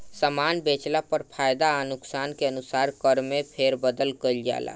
सामान बेचला पर फायदा आ नुकसान के अनुसार कर में फेरबदल कईल जाला